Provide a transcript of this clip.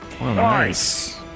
Nice